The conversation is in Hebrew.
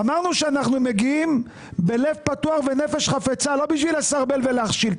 אמרנו שאנחנו מגיעים בלב פתוח ובנפש חפצה ולא בשביל לסרבל ולהכשיל.